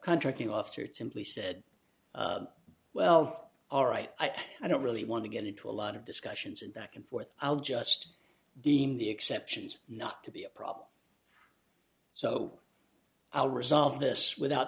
contracting officer it simply said well alright i don't really want to get into a lot of discussions and back and forth i'll just deem the exceptions not to be a problem so our resolve this without